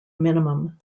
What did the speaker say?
minimum